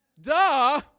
Duh